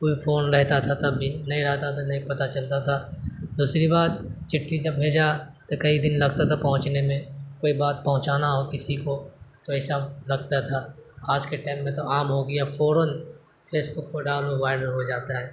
کوئی فون رہتا تھا تب بھی نہیں رہتا تھا نہیں پتہ چلتا تھا دوسری بات چٹھی جب بھیجا تو کئی دن لگتا تھا پہنچنے میں کوئی بات پہنچانا ہو کسی کو تو ایسا لگتا تھا آج کے ٹائم میں تو عام ہو گیا فورا فیس بک پر ڈالو وائرل ہو جاتا ہے